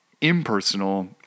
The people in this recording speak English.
impersonal